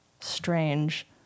strange